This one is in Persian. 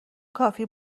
کافی